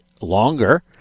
longer